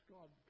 God